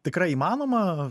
tikrai įmanoma